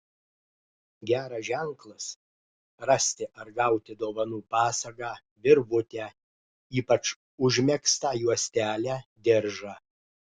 geras ženklas rasti ar gauti dovanų pasagą virvutę ypač užmegztą juostelę diržą